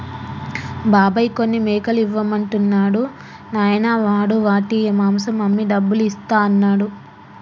బాబాయ్ కొన్ని మేకలు ఇవ్వమంటున్నాడు నాయనా వాడు వాటి మాంసం అమ్మి డబ్బులు ఇస్తా అన్నాడు